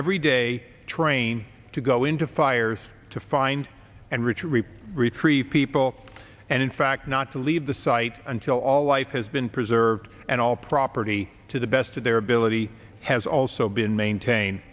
every day train to go into fires to find and richer reap retrieve people and in fact not to leave the site until all life has been preserved and all property to the best of their ability has also been maintain